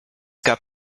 gab